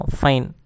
fine